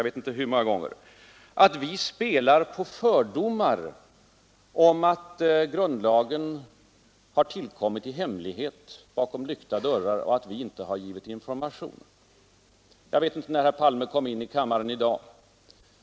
Det var trist att vi spelade på fördomen att grundlagen tillkommit i hemlighet bakom lyckta dörrar och att vi inte givit information. Jag vet inte när herr Palme kom in i kammaren i dag.